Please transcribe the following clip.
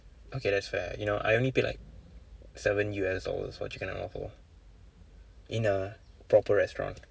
okay that's fair you know I only pay like seven U_S dollars for chicken and waffle in a proper restaurant